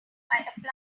applying